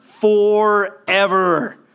forever